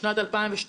בשנת 2012,